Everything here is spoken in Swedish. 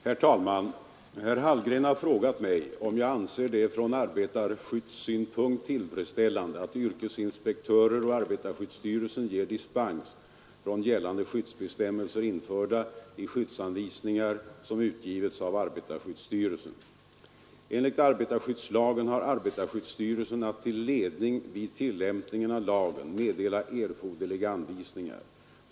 Herr talman! Herr Hallgren har frågat mig om jag anser det från arbetarskyddssynpunkt tillfredsställande att yrkesinspektörer och arbetarskyddsstyrelsen ger dispens från gällande skyddsbestämmelser införda i skyddsanvisningar som utgivits av arbetarskyddsstyrelsen. Enligt arbetarskyddslagen har arbetarskyddsstyrelsen att till ledning vid tillämpningen av lagen meddela erforderliga anvisningar.